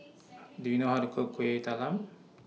Do YOU know How to Cook Kueh Talam